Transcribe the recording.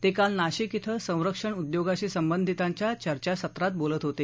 ते काल नाशिक धिं संरक्षण उद्योगाशी संबंधितांच्या चर्चासत्रात बोलत होते